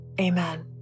amen